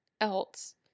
else